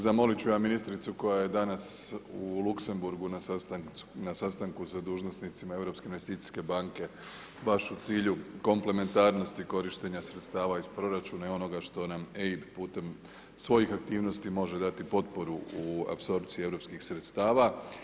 Zamolit ću ja ministricu koja je danas u Luxembourgu na sastanku sa dužnosnicima Europske investicijske banke baš u cilju komplementarnosti, korištenja sredstava iz proračuna i onoga što nam EIB putem svojih aktivnosti može dati potporu u apsorpciji europskih sredstava.